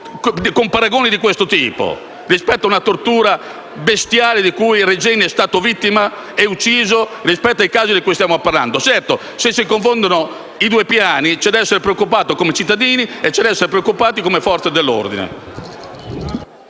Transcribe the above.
con paragoni di questo tipo rispetto ad una tortura bestiale di cui Regeni è stato vittima ed è stato ucciso e i casi di cui stiamo parlando. Certo, se si confondono i due piani c'è da essere preoccupati come cittadini e come Forze dell'ordine.